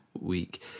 week